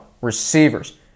receivers